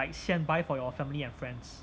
现 buy for your family and friends